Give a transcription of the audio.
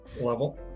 level